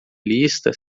lista